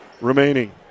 remaining